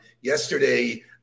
Yesterday